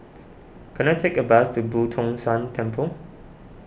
can I take a bus to Boo Tong San Temple